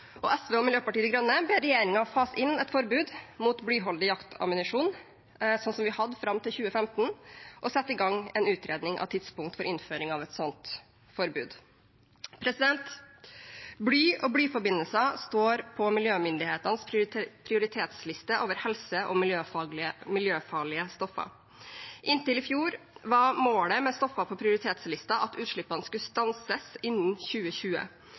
Og SV og Miljøpartiet De Grønne ber regjeringen fase inn et forbud mot blyholdig jaktammunisjon, slik vi hadde fram til 2015, og sette i gang en utredning av tidspunkt for innføring av et slikt forbud. Bly og blyforbindelser står på miljømyndighetenes prioritetsliste over helse- og miljøfarlige stoffer. Inntil i fjor var målet med stoffer på prioritetslisten at utslippene skulle stanses innen 2020.